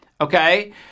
okay